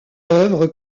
œuvre